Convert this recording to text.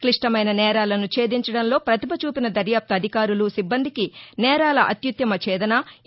క్లిష్టమైన నేరాలను ఛేదించడంలో ప్రతిభ చూపిన దర్యాప్త అధికారులు సిబ్బందికి నేరాల అత్యుత్తమ ఛేదన ఏ